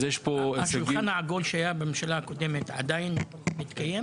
אז יש פה --- השולחן העגול שהיה בממשלה הקודמת עדיין מתקיים?